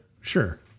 Sure